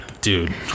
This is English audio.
dude